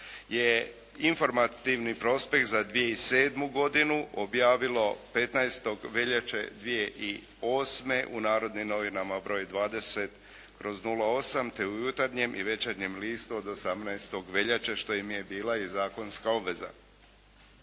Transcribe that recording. je informativni prospekt za 2007. godinu objavilo 15. veljače 2008. u Narodnim novinama br. 20708. te u Jutarnjem i Večernjem listu od 18. veljače, što im je bila i zakonska obveza.